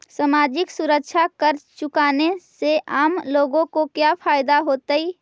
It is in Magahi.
सामाजिक सुरक्षा कर चुकाने से आम लोगों को क्या फायदा होतइ